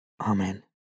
Amen